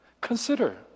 Consider